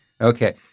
Okay